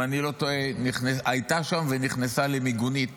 אם אני לא טועה, היא הייתה שם ונכנסה למיגונית